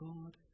God